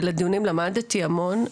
ולדיונים למדתי המון.